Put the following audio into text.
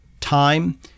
time